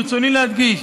ברצוני להדגיש